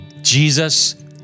Jesus